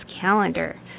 calendar